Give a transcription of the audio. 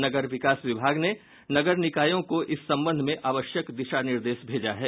नगर विकास विभाग ने नगर निकायों को इस संबंध में आवश्यक दिशा निर्देश भेजा है